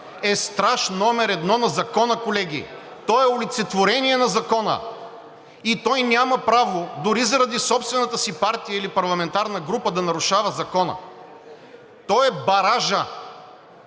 е страж номер едно на закона, колеги. Той е олицетворение на закона и той няма право дори заради собствената си партия или парламентарна група да нарушава закона. Той е баражът